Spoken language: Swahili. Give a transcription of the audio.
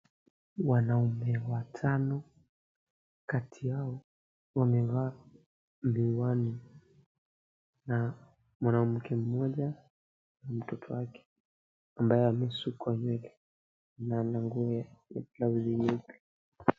Wanaume watano, kati yao wamevaa miwani. Na mwanamke mmoja na mtoto wake, ambaye amesukwa nywele na ana nguo na blauzi nyeupe.